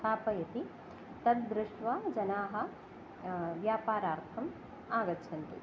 स्थापयति तद् दृष्ट्वा जनाः व्यापारार्थम् आगच्छन्ति